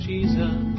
Jesus